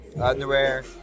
underwear